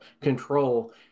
control